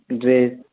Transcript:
dress